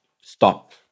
stop